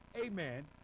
amen